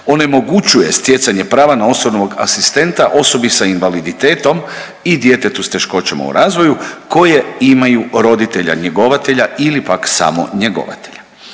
onemogućuje stjecanje prava na osobnog asistenta osobi sa invaliditetom i djetetu s teškoćama u razvoju koje imaju roditelja njegovatelja ili pak samo njegovatelja.